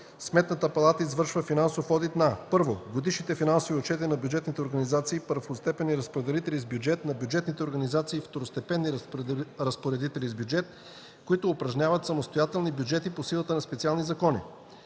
Сметната палата извършва финансов одит на: 1. годишните финансови отчети на бюджетните организации първостепенни разпоредители с бюджет, на бюджетните организации – второстепенни разпоредители с бюджет, които упражняват самостоятелни бюджети по силата на специални закони;